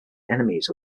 enemies